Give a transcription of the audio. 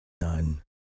none